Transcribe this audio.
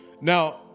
Now